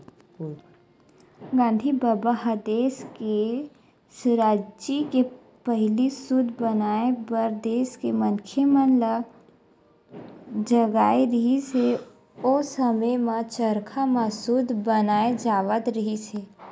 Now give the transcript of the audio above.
गांधी बबा ह देस के सुराजी के पहिली सूत बनाए बर देस के मनखे मन ल जगाए रिहिस हे, ओ समे म चरखा म सूत बनाए जावत रिहिस हे